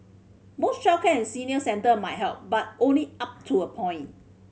more childcare senior centre might help but only up to a point